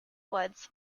woods